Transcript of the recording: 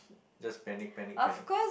just panic panic panic